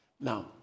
Now